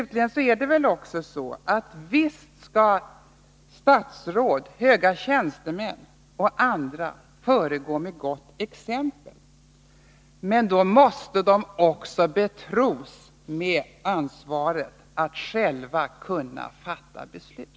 Visst skall statsråd, höga tjänstemän och andra föregå med gott exempel, men då måste de också betros med ansvaret att själva kunna fatta beslut.